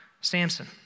Samson